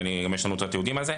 יש לנו את התיעוד על זה,